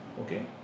okay